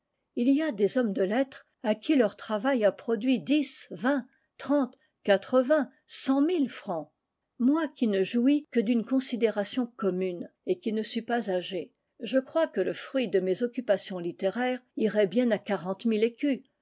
il y a des hommes de lettres à qui leur travail a produit dix vingt trente quatre-vingt cent mille francs moi qui ne jouis que d'une considération commune et qui ne suis pas âgé je crois que le fruit de mes occupations littéraires irait bien à quarante mille écus